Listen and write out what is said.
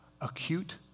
Acute